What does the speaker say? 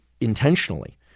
intentionally